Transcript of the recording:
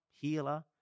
healer